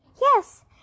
Yes